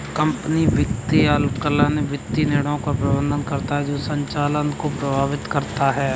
company वित्त अल्पकालिक वित्तीय निर्णयों का प्रबंधन करता है जो संचालन को प्रभावित करता है